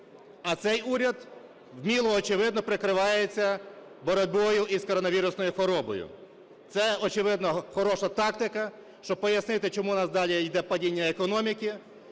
а цей уряд вміло, очевидно, прикривається боротьбою із коронавірусною хворобою. Це, очевидно, хороша тактика, щоб пояснити, чому в нас далі йде падіння економіки